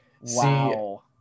wow